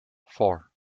four